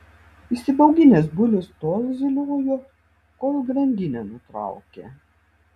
įsibauginęs bulius tol zyliojo kol grandinę nutraukė